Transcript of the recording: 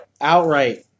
Outright